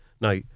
Now